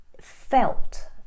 felt